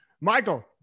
Michael